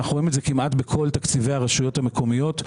אנחנו רואים את זה כמעט בכל תקציבי הרשויות המקומיות,